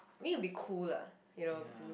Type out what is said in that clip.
mean it will be cool lah you know to do